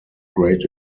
great